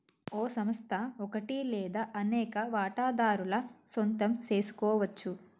ఓ సంస్థ ఒకటి లేదా అనేక వాటాదారుల సొంతం సెసుకోవచ్చు